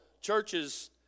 churches